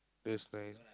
that's nice